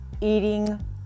eating